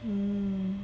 mm